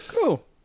cool